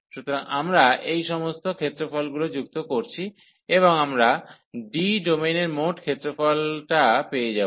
সুতরাং আমরা এই সমস্ত ক্ষেত্রফলগুলি যুক্ত করছি এবং আমরা D ডোমেনের মোট ক্ষেত্রফলতা পেয়ে যাব